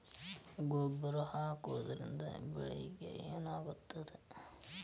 ಗೊಬ್ಬರ ಹಾಕುವುದರಿಂದ ಬೆಳಿಗ ಏನಾಗ್ತದ?